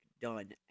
done